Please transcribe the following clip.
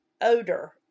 odor